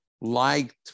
liked